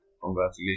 Congratulations